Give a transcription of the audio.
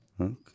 Okay